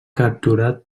capturat